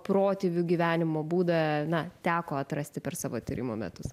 protėvių gyvenimo būdą na teko atrasti per savo tyrimo metus